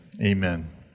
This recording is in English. amen